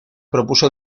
propuso